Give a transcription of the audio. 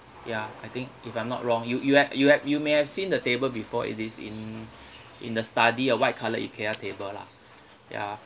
ya I think if I'm not wrong you you have you may have seen the table before it is in in the study a white colour ikea table lah ya